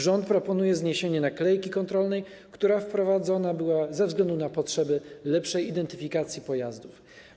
Rząd proponuje zniesienie naklejki kontrolnej, która była wprowadzona ze względu na potrzeby lepszej identyfikacji pojazdów.